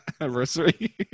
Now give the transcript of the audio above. anniversary